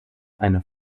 eine